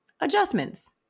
adjustments